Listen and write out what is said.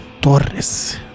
torres